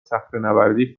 صخرهنوردی